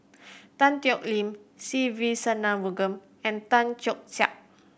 Tan Thoon Lip Se Ve Shanmugam and Tan Keong Saik